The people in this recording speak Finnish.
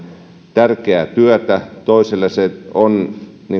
tärkeää työtä toiselle se on